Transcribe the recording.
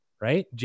Right